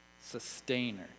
sustainer